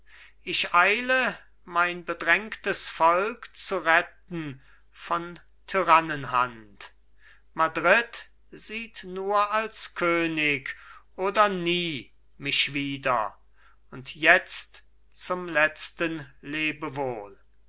ich eile mein bedrängtes volk zu retten von tyrannenhand madrid sieht nur als könig oder nie mich wieder und jetzt zum letzten lebewohl